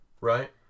Right